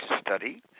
study